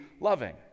loving